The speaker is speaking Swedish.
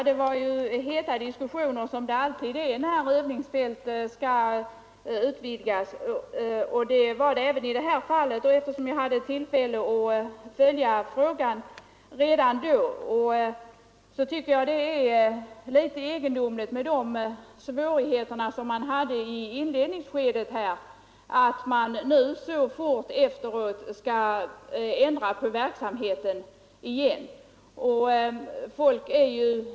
Herr talman! Som alltid när övningsfält skall utvidgas blev det heta diskussioner även i det här fallet, och eftersom jag hade tillfälle att följa frågan redan då, tycker jag med tanke på svårigheterna i inledningsskedet 15 att det är litet egendomligt att man nu så snart efteråt skall ändra på verksamheten igen.